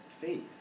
faith